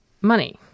money